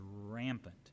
rampant